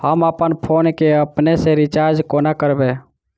हम अप्पन फोन केँ अपने सँ रिचार्ज कोना करबै?